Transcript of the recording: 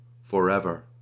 forever